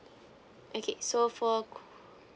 okay so for